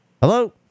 Hello